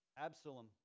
Absalom